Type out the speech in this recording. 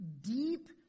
deep